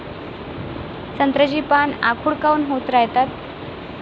संत्र्याची पान आखूड काऊन होत रायतात?